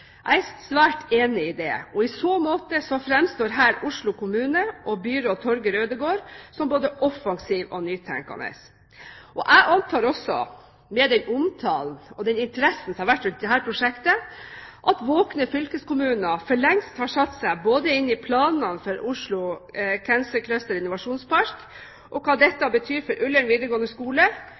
Jeg er svært enig i det. I så måte framstår her Oslo kommune og byråd Torger Ødegaard som både offensive og nytenkende. Jeg antar også at våkne fylkeskommuner, med den omtalen og den interessen som har vært rundt dette prosjektet, for lengst har satt seg inn i både planene for Oslo Cancer Cluster Innovasjonspark og hva dette betyr for Ullern videregående skole,